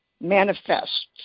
manifests